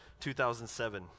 2007